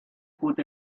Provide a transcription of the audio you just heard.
put